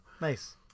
nice